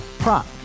Prop